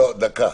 דקה.